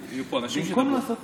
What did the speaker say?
לא,